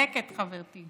החזירו אותו, צודקת חברתי.